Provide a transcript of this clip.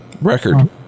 record